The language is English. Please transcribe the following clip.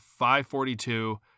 542